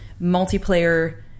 multiplayer